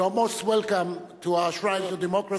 You are most welcome to our Shrine of Democracy,